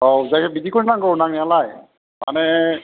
औ जायो बिदिखौनो नांगौ नांनायालाय माने